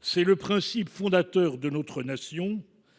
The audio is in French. c’est le principe fondateur de notre nation.